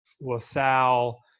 LaSalle